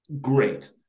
great